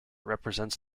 represents